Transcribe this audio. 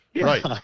Right